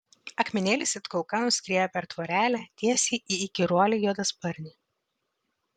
akmenėlis it kulka nuskrieja per tvorelę tiesiai į įkyruolį juodasparnį